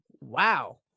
Wow